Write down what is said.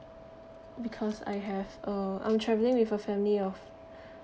because I have uh I'm traveling with a family of